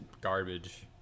garbage